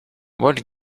what